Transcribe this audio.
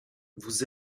vous